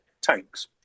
Tanks